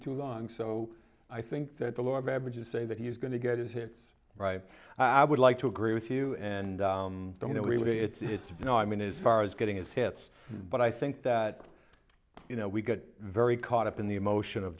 too long so i think that the law of averages say that he's going to get it hits right i would like to agree with you and i don't know really it's you know i mean it's far as getting his hits but i think that you know we got very caught up in the emotion of